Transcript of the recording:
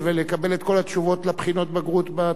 את כל התשובות על בחינות הבגרות בטלפון.